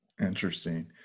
Interesting